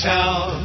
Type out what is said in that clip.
Town